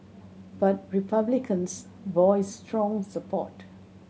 but Republicans voiced strong support